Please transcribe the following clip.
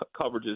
coverages